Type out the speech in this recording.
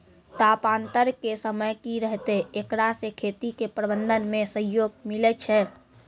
तापान्तर के समय की रहतै एकरा से खेती के प्रबंधन मे सहयोग मिलैय छैय?